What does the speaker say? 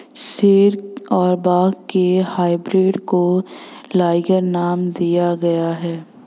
शेर और बाघ के हाइब्रिड को लाइगर नाम दिया गया है